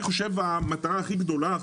אני חושב שזו המטרה הכי גדולה.